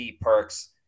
perks